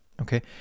okay